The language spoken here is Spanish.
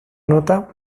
nota